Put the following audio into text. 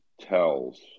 tells